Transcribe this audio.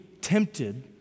tempted